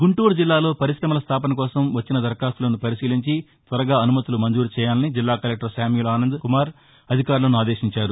గుంటూరు జిల్లాలో పరిశ్రమల స్థాపన కోసం వచ్చిన దరఖాస్తులను పరిశీలించి త్వరగా అనుమతులను మంజూరు చేయాలని జిల్లా కలెక్లర్ శామ్యూల్ ఆనంద్ కుమార్ అధికారులను ఆదేశించారు